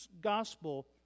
gospel